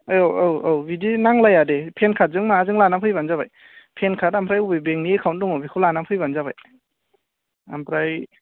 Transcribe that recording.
औ औ औ बिदि नांलाया दे पेन कार्डजों माबाजों लानानै फैबानो जाबाय पेन कार्ड ओमफ्राय बबे बेंकनि एकाउन्ट दङ बेखौ लानानै फैबानो जाबाय ओमफ्राय